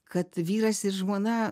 kad vyras ir žmona